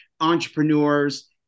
entrepreneurs